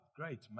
great